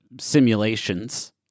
simulations